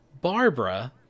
barbara